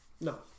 No